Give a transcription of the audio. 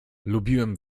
lubiłem